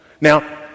now